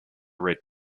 red